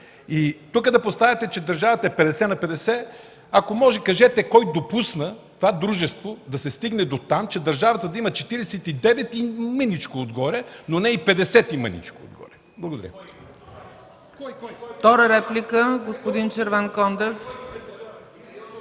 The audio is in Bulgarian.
И тук да поставяте, че държавата е 50 на 50… Ако може, кажете кой допусна в това дружество да се стигне дотам, че държавата да има 49 и мъничко отгоре, но не и 50 и мъничко отгоре?! Благодаря.